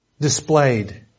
displayed